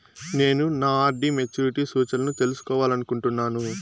నేను నా RD maturity సూచనలను తెలుసుకోవాలనుకుంటున్నాను